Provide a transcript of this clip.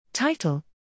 Title